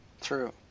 True